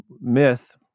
myth